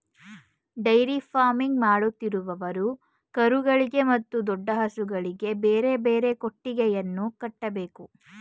dairy farming ಮಾಡುತ್ತಿರುವವರು ಕರುಗಳಿಗೆ ಮತ್ತು ದೊಡ್ಡ ಹಸುಗಳಿಗೆ ಬೇರೆ ಬೇರೆ ಕೊಟ್ಟಿಗೆಯನ್ನು ಕಟ್ಟಬೇಕು